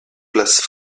places